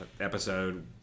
episode